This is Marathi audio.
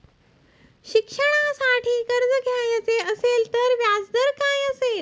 शिक्षणासाठी कर्ज घ्यायचे असेल तर व्याजदर काय असेल?